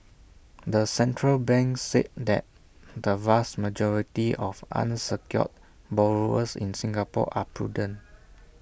the central bank said that the vast majority of unsecured borrowers in Singapore are prudent